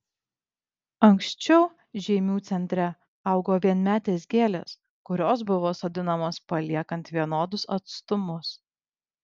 anksčiau žeimių centre augo vienmetės gėlės kurios buvo sodinamos paliekant vienodus atstumus